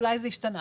אולי זה השתנה.